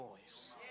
voice